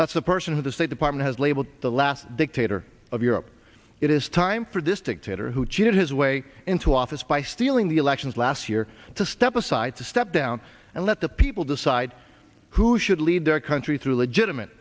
that's a person who the state department has labeled the last dictator of europe it is time for this dictator who cheated his way into office by stealing the elections last year to step aside to step down and let the people decide who should lead their country through legitimate